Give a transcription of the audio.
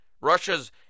Russia's